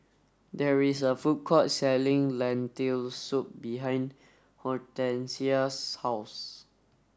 there is a food court selling Lentil Soup behind Hortencia's house